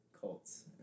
cults